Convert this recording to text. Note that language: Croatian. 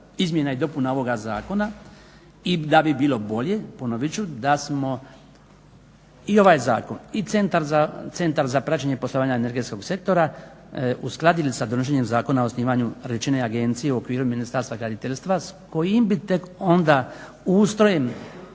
izmjena i dopuna ovoga zakona i da bi bilo bolje ponovit ću, da smo i ovaj zakon i Centar za praćenje poslovanja energetskog sektora uskladili sa donošenjem Zakon o osnivanju rečene agencije u okviru Ministarstva graditeljstva s kojim bi tek onda ustrojem